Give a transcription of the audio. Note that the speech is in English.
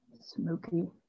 smoky